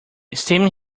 steam